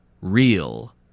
real